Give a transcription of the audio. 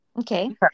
okay